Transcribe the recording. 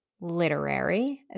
literary